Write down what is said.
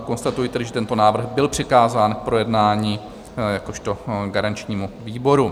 Konstatuji tedy, že tento návrh byl přikázán k projednání jakožto garančnímu výboru.